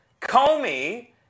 Comey